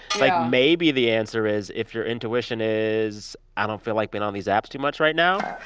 like, maybe the answer is if your intuition is, i don't feel like being on these apps too much right now,